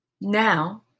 Now